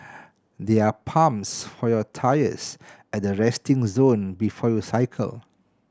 there are pumps for your tyres at the resting zone before you cycle